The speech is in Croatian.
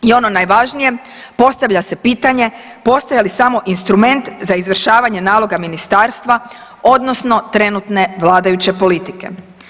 I ono najvažnije postavlja se pitanje postaje li samo instrument za izvršavanje naloga ministarstva odnosno trenutne vladajuće politike.